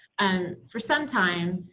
and for some time,